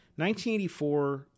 1984